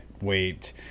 wait